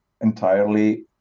entirely